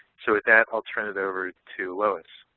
so with that i'll turn it over to lois.